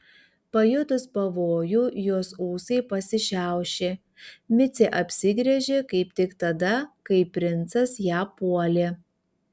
pajutus pavojų jos ūsai pasišiaušė micė apsigręžė kaip tik tada kai princas ją puolė